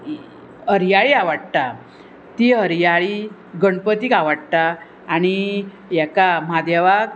हरयाळी आवडटा ती हरयाळी गणपतीक आवडटा आनी हाका म्हादेवाक